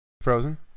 Frozen